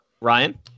Ryan